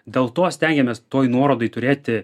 dėl to stengiamės toj nuorodoj turėti